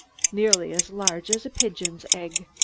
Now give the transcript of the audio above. nearly as large as a pigeon's egg.